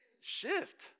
shift